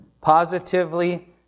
positively